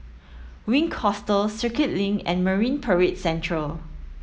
Wink Hostel Circuit Link and Marine Parade Central